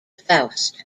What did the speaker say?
faust